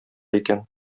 икән